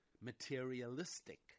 materialistic